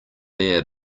there